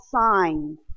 signed